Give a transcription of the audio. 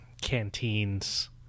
canteens